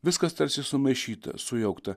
viskas tarsi sumaišyta sujaukta